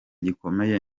gikomeye